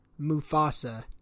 mufasa